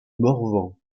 morvan